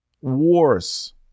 wars